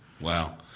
Wow